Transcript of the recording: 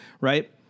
Right